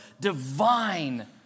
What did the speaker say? divine